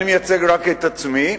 אני מייצג רק את עצמי,